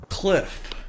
Cliff